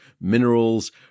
minerals